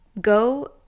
go